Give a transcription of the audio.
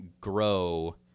grow